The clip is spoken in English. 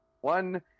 one